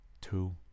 two